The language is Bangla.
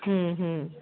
হুম হুম